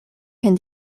can